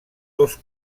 dos